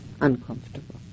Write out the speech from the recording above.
uncomfortable